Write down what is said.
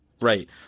Right